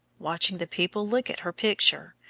watching the people look at her picture,